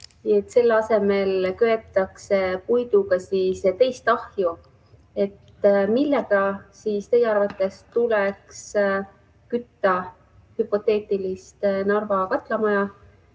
selle asemel köetakse puiduga teist ahju. Millega siis teie arvates tuleks kütta hüpoteetilist Narva katlamaja?